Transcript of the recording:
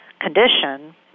condition